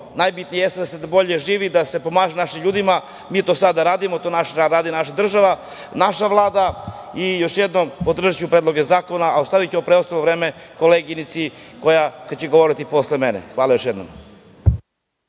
najbitnije jeste da se bolje živi, da se pomaže našim ljudima. Mi to sada radimo, to radi naša država, naša Vlada. Još jednom, podržaću predloge zakona. Ostaviću preostalo vreme koleginici koja će govoriti posle mene. Hvala.